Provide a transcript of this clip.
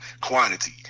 quantity